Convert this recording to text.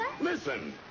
Listen